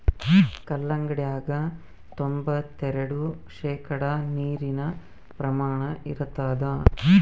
ಕಲ್ಲಂಗಡ್ಯಾಗ ತೊಂಬತ್ತೆರೆಡು ಶೇಕಡಾ ನೀರಿನ ಪ್ರಮಾಣ ಇರತಾದ